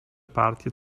partie